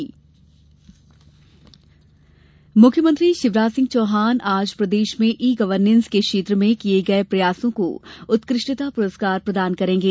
उत्कृष्टता पुरस्कार मुख्यमंत्री शिवराज सिंह चौहान आज प्रदेश में ई गवर्नेस के क्षेत्र में किये गये प्रयासों को उत्कृष्टता पुरस्कार प्रदान करेंगे